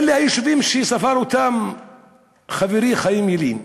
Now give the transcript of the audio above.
היישובים שספר חברי חיים ילין הוקמו,